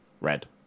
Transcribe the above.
Red